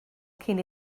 cyn